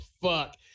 fuck